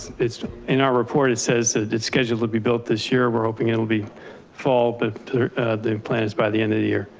it's in our report, it says it's scheduled, it'll be built this year. we're hoping it'll be fall. but the plan is by the end of the year.